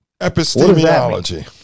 Epistemology